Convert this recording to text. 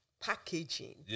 packaging